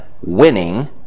winning